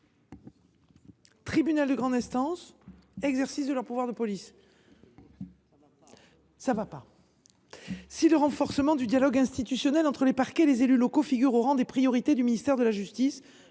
Tribunal de grande instance » et « exercice du pouvoir de police »? Oui, cela ne va pas… Non, en effet. Si le renforcement du dialogue institutionnel entre les parquets et les élus locaux figure au rang des priorités du ministère de la justice,